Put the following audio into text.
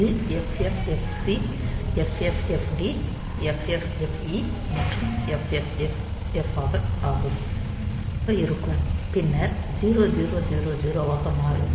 இது FFFC FFFD FFFE மற்றும் FFFF ஆக இருக்கும் பின்னர் 0000 ஆக மாறும்